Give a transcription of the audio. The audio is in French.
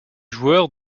joueur